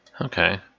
okay